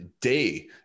day